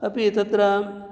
अपि तत्र